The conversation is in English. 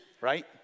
right